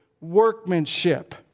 workmanship